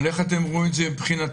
איך אתם רואים את זה מבחינתכם?